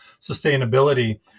sustainability